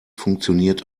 funktioniert